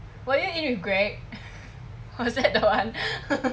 would you eat with greg was that the one